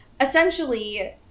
Essentially